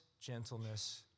gentleness